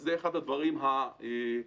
זה אחד הדברים החשובים,